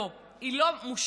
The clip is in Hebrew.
לא, היא לא מושלמת,